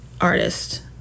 artist